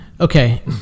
Okay